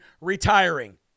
retiring